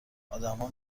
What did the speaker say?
آدمها